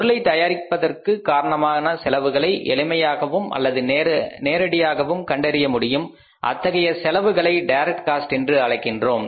பொருளை தயாரிப்பதற்கு காரணமான செலவுகளை எளிமையாகவும் அல்லது நேரடியாகவும் கண்டறியமுடியும் அத்தகைய செலவுகளை டைரக்ட் காஸ்ட் என்று அழைக்கின்றோம்